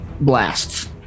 blasts